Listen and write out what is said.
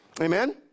Amen